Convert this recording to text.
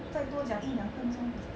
再多讲一两分钟吧